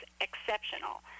exceptional